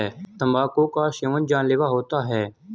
तंबाकू का सेवन जानलेवा होता है